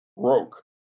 broke